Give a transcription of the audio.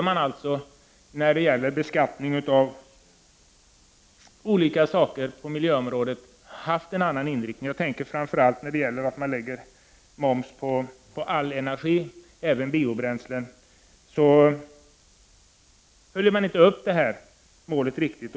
Men när det gäller beskattningen på miljöområdet borde inriktningen ha varit en annan. Framför allt tänker jag på att moms skall läggas på all energi, även på biobränslen. På detta sätt följer man inte upp miljömålet ordentligt.